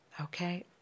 Okay